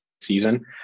season